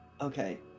okay